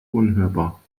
unhörbar